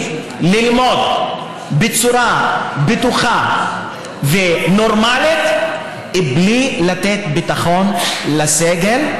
ללמוד בצורה בטוחה ונורמלית בלי לתת ביטחון לסגל,